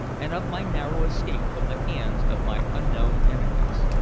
and of my narrow escape from the hands of my unknown enemies.